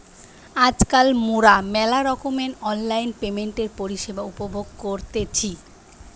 আজকাল মোরা মেলা রকমের অনলাইন পেমেন্টের পরিষেবা উপভোগ করতেছি